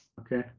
Okay